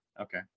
Okay